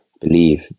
believe